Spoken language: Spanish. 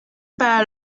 para